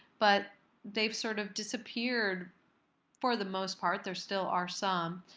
but they've sort of disappeared for the most part, there still are some,